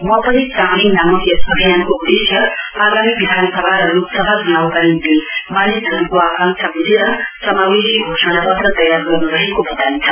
म पनि चामलिङ नामक यस अभियानको उदेश्य आगामी विधानसभा र लोकसभा चुनाउका निम्ति मानिसहरुको आकांक्षा वुझेर समावेशी घोषणापत्र तयार गर्नु रहेको वताइन्छ